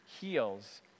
heals